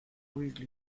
weekly